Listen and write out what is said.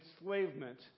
enslavement